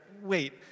wait